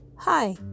Hi